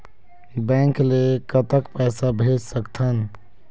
Bank ले कतक पैसा भेज सकथन?